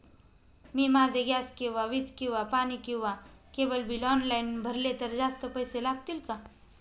मी माझे गॅस किंवा वीज किंवा पाणी किंवा केबल बिल ऑनलाईन भरले तर जास्त पैसे लागतील का?